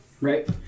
Right